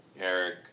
Eric